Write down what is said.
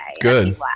Good